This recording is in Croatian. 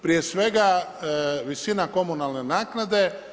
Prije svega visina komunalne naknade.